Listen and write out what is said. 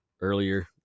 earlier